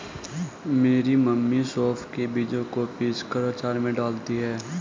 मेरी मम्मी सौंफ के बीजों को पीसकर अचार में डालती हैं